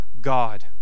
God